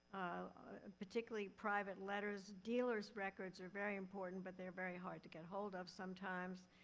ah particularly private letters. dealers' records are very important, but they're very hard to get hold of sometimes.